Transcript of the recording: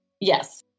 Yes